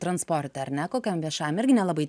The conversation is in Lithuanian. transporte ar ne kokiam viešajam irgi nelabai